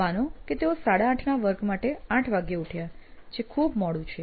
માનો કે તેઓ 830 ના વર્ગ માટે 800 વાગ્યે ઉઠ્યા જે ખૂબ મોડું છે